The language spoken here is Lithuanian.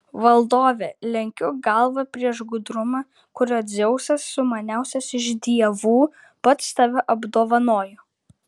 valdove lenkiu galvą prieš gudrumą kuriuo dzeusas sumaniausias iš dievų pats tave apdovanojo